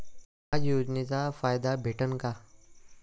समाज योजनेचा फायदा भेटन का?